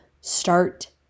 Start